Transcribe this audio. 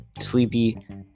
sleepy